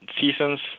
seasons